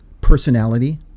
personality